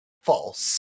False